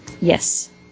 Yes